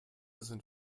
sind